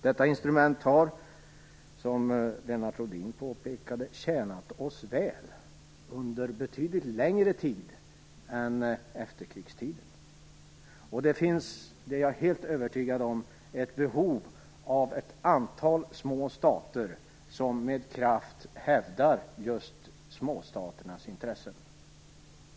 Detta instrument har, som Lennart Rohdin påpekade, tjänat oss väl under betydligt längre tid än efterkrigstiden. Jag är helt övertygad om att det finns ett behov av ett antal små stater som med kraft hävdar just småstaternas intressen.